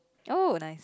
oh nice